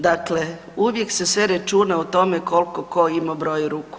Dakle, uvijek se sve računa o tome koliko tko ima broja ruku.